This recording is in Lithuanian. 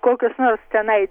kokius nors tenai